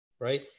right